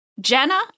Jenna